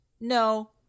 No